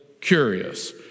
curious